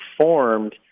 formed